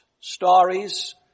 stories